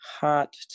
hot